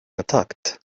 attacked